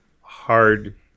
hard